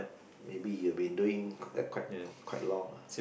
maybe you've been doing like quite quite long ah